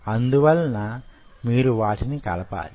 అందువలన మీరు వాటిని కలపాలి